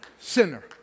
sinner